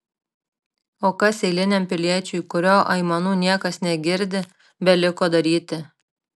o kas eiliniam piliečiui kurio aimanų niekas negirdi beliko daryti